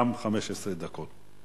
גם 15 דקות.